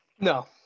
No